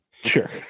sure